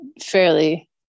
fairly